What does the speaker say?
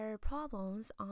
problems